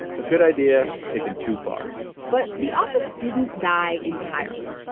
a good idea taken too far but the office didn't die entirely.